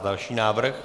Další návrh.